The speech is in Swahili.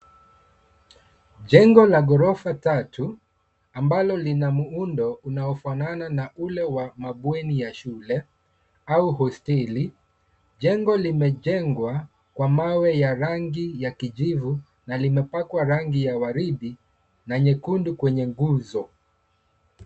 Jengo la ghorofa tatu ambalo lina muundo unaofanana na ule wa bweni la shule au hosteli . Jengo limejengwa kwa mawe ya rangi ya kijivu na limepakwa rangi ya waridi na nyekundu kwenye nguzo